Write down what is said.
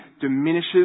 diminishes